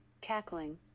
cackling